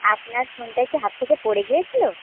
আপনার ফোনটা কি হাত থেকে পড়ে গিয়েছিল